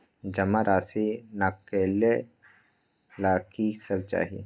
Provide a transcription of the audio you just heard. जमा राशि नकालेला कि सब चाहि?